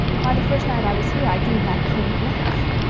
why, the first night i was here i dreamed i couldn't laugh.